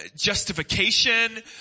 justification